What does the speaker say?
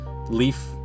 leaf